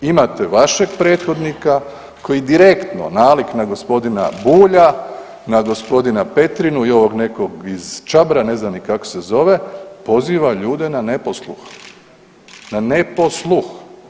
Imate vašeg prethodnika koji direktno nalik na gospodina Bulja, na gospodina Petrinu i ovog nekog iz Čabra ne znam ni kako se zove poziva ljude na neposluh, na neposluh.